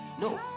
No